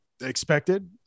expected